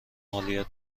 مالیات